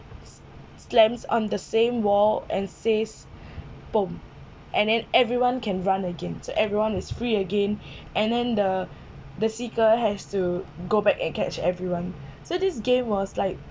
slams on the same wall and says bomb and then everyone can run again so everyone is free again and then the the seeker has to go back and catch everyone so this game was like